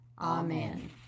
Amen